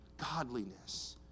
Godliness